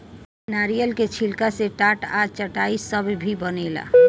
नारियल के छिलका से टाट आ चटाई सब भी बनेला